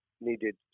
needed